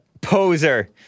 poser